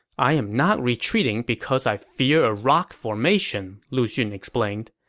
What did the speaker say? i'm not retreating because i fear a rock formation, lu xun explained.